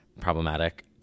problematic